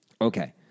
Okay